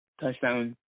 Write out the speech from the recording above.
touchdown